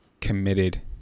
committed